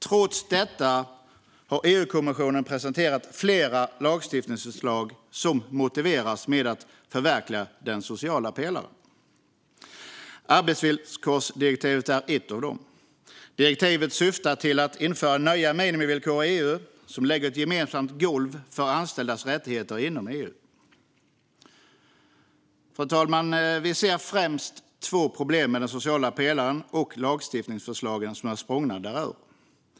Trots detta har EU-kommissionen presenterat flera lagstiftningsförslag som motiveras med att den sociala pelaren ska förverkligas. Arbetsvillkorsdirektivet är ett av dem. Direktivet syftar till att införa nya minimivillkor i EU, som lägger ett gemensamt golv för anställdas rättigheter inom EU. Fru talman! Vi ser främst två problem med den sociala pelaren och de lagstiftningsförslag som är sprungna därur.